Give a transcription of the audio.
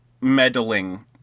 meddling